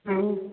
ꯎꯝ